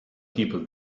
people